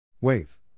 Wave